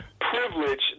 privilege